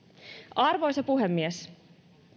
arvoisa puhemies